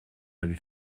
avez